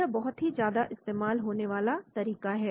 यह बहुत ही ज्यादा इस्तेमाल होने वाला तरीका है